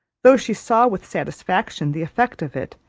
though she saw with satisfaction the effect of it,